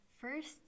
first